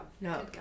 No